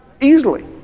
easily